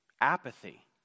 apathy